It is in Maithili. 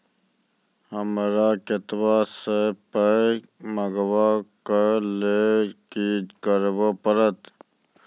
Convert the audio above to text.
हमरा कतौ सअ पाय मंगावै कऽ लेल की करे पड़त?